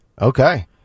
Okay